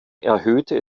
erhöhte